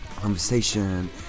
conversation